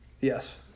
Yes